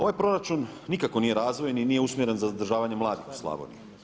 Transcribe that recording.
Ovaj proračun nikako nije razvojni, nije usmjeren za zadržavanje mladih u Slavoniji.